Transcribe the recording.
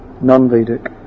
non-Vedic